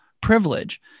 privilege